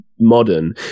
modern